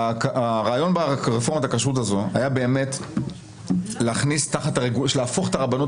הרעיון ברפורמת הכשרות היה להפוך את הרבנות